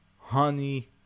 honey